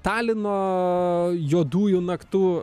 talino juodųjų naktų